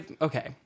Okay